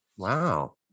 Wow